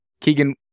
Keegan